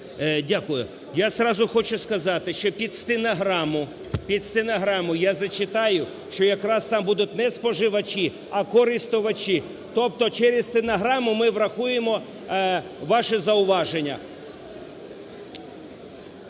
Дякую. Я зразу хочу сказати, що під стенограму… під стенограму я зачитаю, що якраз там будуть не споживачі, а користувачі. Тобто через стенограму ми врахуємо ваші зауваження.